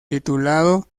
titulado